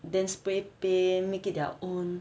then spray paint make it their own